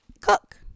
cook